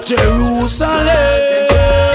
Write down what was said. Jerusalem